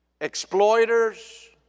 exploiters